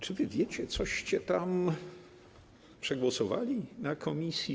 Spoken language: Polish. Czy wy wiecie, coście tam przegłosowali w komisji?